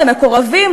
למקורבים,